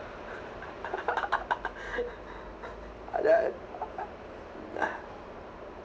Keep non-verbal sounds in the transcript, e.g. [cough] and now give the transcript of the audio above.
[laughs] then I [noise]